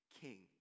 King